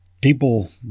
people